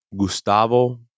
Gustavo